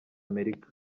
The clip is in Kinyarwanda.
amerika